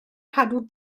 cadw